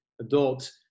adult